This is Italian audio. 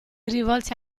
rivolse